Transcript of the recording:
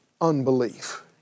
unbelief